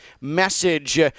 message